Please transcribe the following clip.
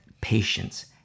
patience